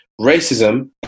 racism